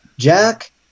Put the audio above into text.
Jack